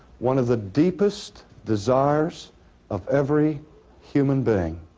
one of the deepest desires of every human being